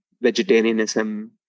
vegetarianism